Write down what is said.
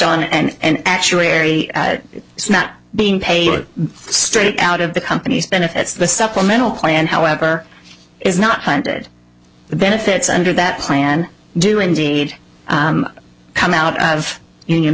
on and actuary is not being paid straight out of the company's benefits the supplemental plan however is not handed the benefits under that plan do indeed come out of union